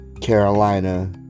Carolina